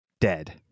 dead